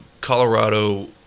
Colorado